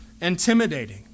intimidating